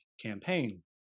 campaign